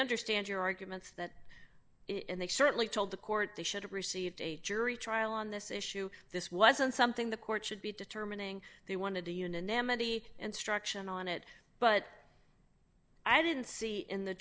understand your arguments that they certainly told the court they should have received a jury trial on this issue this wasn't something the court should be determining they wanted to unanimity and struction on it but i didn't see in the